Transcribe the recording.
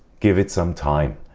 give it some time.